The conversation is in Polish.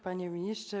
Panie Ministrze!